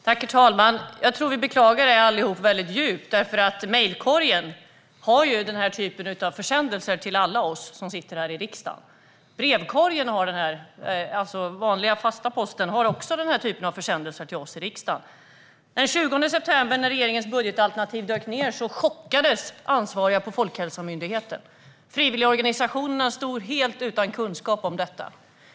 Herr talman! Jag tror att vi allihop beklagar detta djupt. Mejlkorgen innehåller ju den här typen av försändelser till alla oss som sitter i riksdagen. Brevlådan för den vanliga posten innehåller också den här typen av försändelser. När regeringens budgetproposition dök ned den 20 september chockades ansvariga på Folkhälsomyndigheten. Frivilligorganisationerna stod helt utan kunskap om detta.